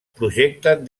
projecten